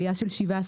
עלייה של 17%,